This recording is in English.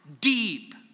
deep